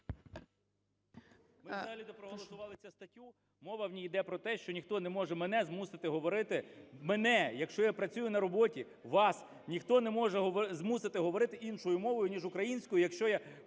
Ми взагалі то проголосували цю статтю. Мова в ній йде про те, що ніхто не може мене змусити говорити, мене, якщо я працюю на роботі, вас ніхто не може змусити говорити іншою мовою, ніж українською, якщо я